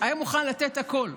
היה מוכן לתת הכול,